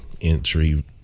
entry